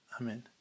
Amen